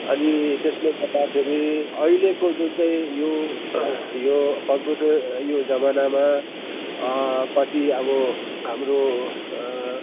अनि त्यसले गर्दाखेरि अहिलेको जुन चाहिँ यो यो कम्प्युटर यो जमानामा कति अब होम्रो